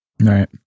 Right